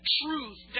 truth